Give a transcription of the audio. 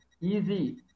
easy